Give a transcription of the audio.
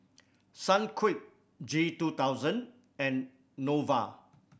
Sunquick G two thousand and Nova